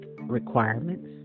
requirements